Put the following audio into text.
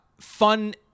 fun